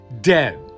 dead